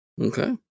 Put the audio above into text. Okay